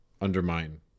undermine